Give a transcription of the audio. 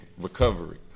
recovery